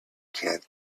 can’t